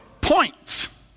points